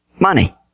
Money